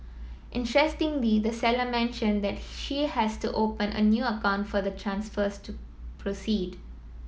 interestingly the seller mentioned that she has to open a new account for the transfers to proceed